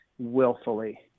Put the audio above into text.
willfully